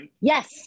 Yes